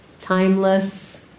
timeless